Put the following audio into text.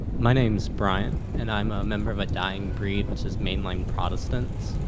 my name is brian and i'm a member of a dying breed, which is mainline protestants.